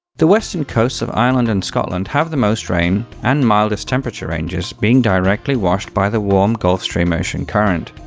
the western coasts of ireland and scotland have the most rain, and mildest temperature ranges, being directly washed by the warm gulf stream ocean current.